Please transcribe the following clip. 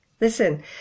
listen